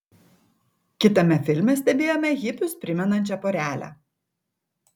kitame filme stebėjome hipius primenančią porelę